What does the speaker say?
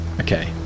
Okay